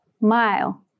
Mile